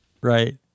Right